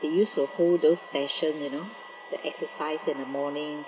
they used to hold those session you know the exercise in the morning